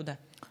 תודה.